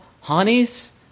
honeys